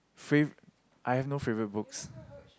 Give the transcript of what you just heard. favourite I have no favourite books